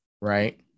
right